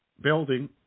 building